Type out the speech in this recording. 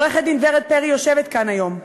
עורכת-דין ורד פרי יושבת כאן היום.